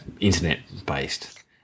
internet-based